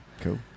Cool